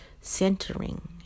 centering